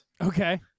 Okay